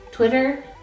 Twitter